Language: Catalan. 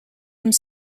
uns